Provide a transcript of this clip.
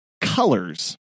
colors